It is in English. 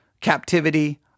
captivity